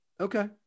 Okay